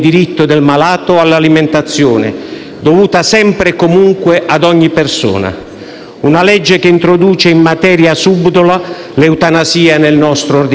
e che non riconosce quella libertà di cura che deve essere sempre garantita, come deve essere sempre respinto l'accanimento terapeutico.